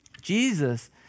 Jesus